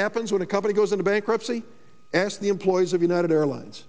happens when a company goes into bankruptcy as the employees of united airlines